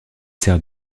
sert